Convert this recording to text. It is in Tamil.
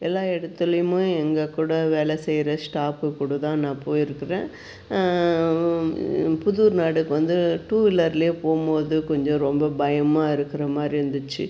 எல்லா இடத்துலையுமே எங்கள் கூட வேலை செய்கிற ஸ்டாஃபுக்கூடதான் நான் போயிருக்கிறேன் புதூர் நாடுக்கு வந்து டூ வீலர்லே போகும்போது கொஞ்சம் ரொம்ப பயமாக இருக்கிறமாரி இருந்துச்சு